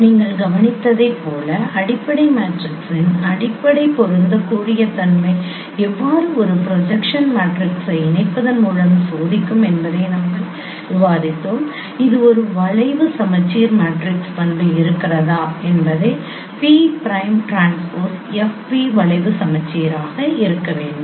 நீங்கள் கவனித்ததைப் போல அடிப்படை மேட்ரிக்ஸின் அடிப்படை பொருந்தக்கூடிய தன்மை எவ்வாறு ஒரு ப்ரொஜெக்ஷன் மேட்ரிக்ஸை இணைப்பதன் மூலம் சோதிக்கும் என்பதை நாங்கள் விவாதித்தோம் இது ஒரு வளைவு சமச்சீர் மேட்ரிக்ஸ் பண்பு இருக்கிறதா என்பதை P prime transpose F P வளைவு சமச்சீராக இருக்க வேண்டும்